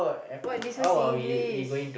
what this one Singlish